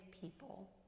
people